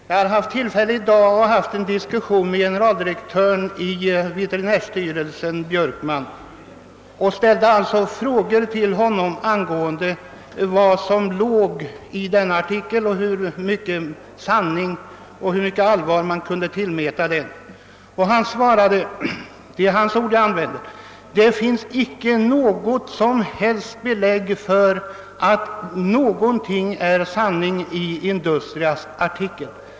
Jag har i dag haft en diskussion med generaldirektören i veterinärstyrelsen Björkman och ställde frågor till honom angående bakgrunden till denna artikel och vilken vikt man kan tillmäta den. Han svarade att det inte finns något som helst belägg för att någonting är sanning i Industrias artikel.